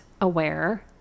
aware